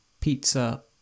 pizza